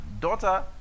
daughter